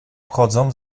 wchodzą